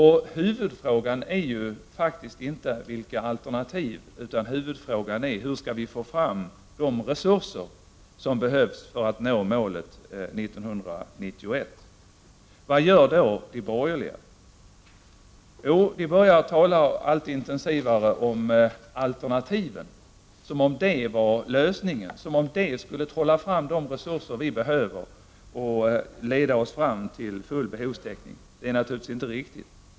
Huvudfrågan är faktiskt inte vilka alternativ som finns utan hur vi skall få fram de resurser som behövs för att nå målet 1991. Vad gör då de borgerliga? Jo, de talar allt intensivare om alternativen, som om dessa var lösningen, som om de skulle trolla fram de resurser vi behöver och leda oss fram till full behovstäckning. Det är naturligtvis inte riktigt.